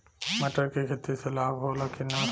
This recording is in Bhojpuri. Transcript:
मटर के खेती से लाभ होला कि न?